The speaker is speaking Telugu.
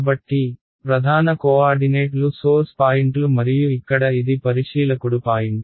కాబట్టి ప్రధాన కోఆర్డినేట్లు సోర్స్ పాయింట్లు మరియు ఇక్కడ ఇది పరిశీలకుడు పాయింట్